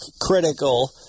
critical